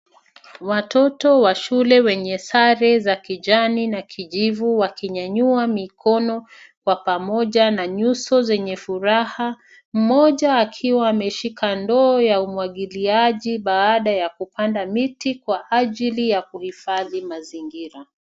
Watoto wa shule wenye sare za kijani na kijivu wakinyanyua mikono kwa pamoja na nyuso zenye furaha, mmoja akiwa ameshika ndoo ya umwagiliaji baada ya kupanda miti kwa ajili ya kuhifadhi mazingira.